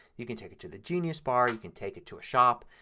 you can take it to the genius bar. you can take it to a shop.